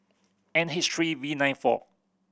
N H three V nine four